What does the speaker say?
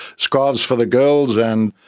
scarves for the girls and.